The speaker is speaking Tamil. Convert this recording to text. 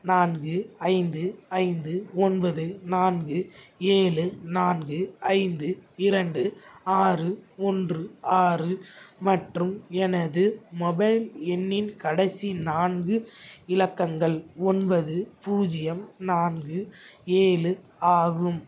நான்கு ஐந்து ஐந்து ஒன்பது நான்கு ஏழு நான்கு ஐந்து இரண்டு ஆறு ஒன்று ஆறு மற்றும் எனது மொபைல் எண்ணின் கடைசி நான்கு இலக்கங்கள் ஒன்பது பூஜ்ஜியம் நான்கு ஏழு ஆகும்